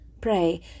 Pray